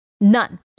none